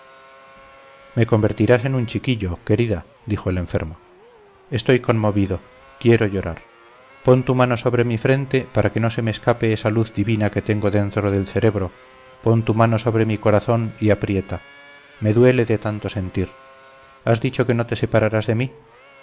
me convertirás en un chiquillo querida dijo el enfermo estoy conmovido quiero llorar pon tu mano sobre mi frente para que no se me escape esa luz divina que tengo dentro del cerebro pon tu mano sobre mi corazón y aprieta me duele de tanto sentir has dicho que no te separarás de mí